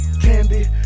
Candy